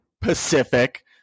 Pacific